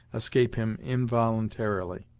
escape him involuntarily.